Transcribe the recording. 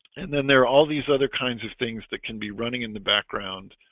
and then there are all these other kinds of things that can be running in the background